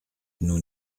nous